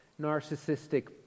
narcissistic